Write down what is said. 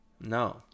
No